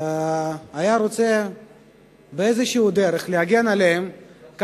היה רוצה להגן עליהם בדרך כלשהי,